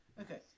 Okay